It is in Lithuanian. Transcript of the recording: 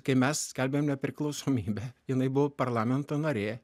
kai mes skelbėm priklausomybę jinai buvo parlamento narė